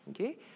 Okay